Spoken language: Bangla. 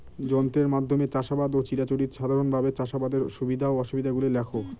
যন্ত্রের মাধ্যমে চাষাবাদ ও চিরাচরিত সাধারণভাবে চাষাবাদের সুবিধা ও অসুবিধা গুলি লেখ?